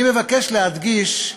אני מבקש להדגיש,